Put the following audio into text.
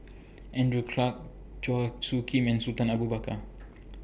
Andrew Clarke Chua Soo Khim and Sultan Abu Bakar